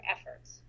efforts